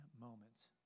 moments